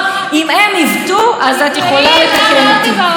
את פשוט דיברת עם אמסלם ולא הקשבת לטיעונים שלך עצמך,